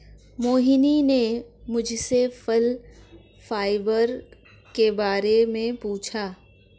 मोहिनी ने मुझसे फल फाइबर के बारे में पूछा